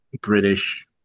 British